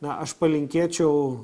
na aš palinkėčiau